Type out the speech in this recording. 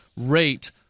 rate